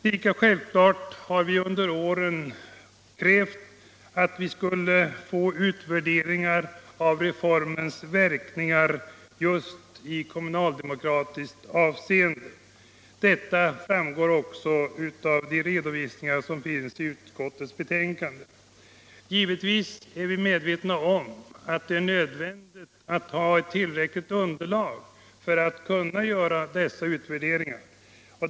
Lika självklart har vi under årens lopp krävt utvärderingar av reformens verkningar just i kommunaldemokratiskt avseende, vilket också framgår av redovisningarna i utskottsbetänkandet. Givetvis är vi medvetna om att det är nödvändigt att ha ett tillräckligt underlag för att kunna göra dessa utvärderingar.